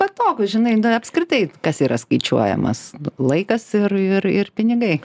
patogu žinai nu apskritai kas yra skaičiuojamas laikas ir ir ir pinigai